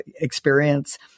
experience